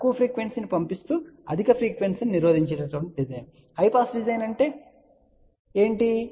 తక్కువ ఫ్రీక్వెన్సీ ను పంపిస్తూ అధిక ఫ్రీక్వెన్సీ ను నిరోధించే డిజైన్ హై పాస్ డిజైన్ అంటే ఏమిటి